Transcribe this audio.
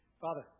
Father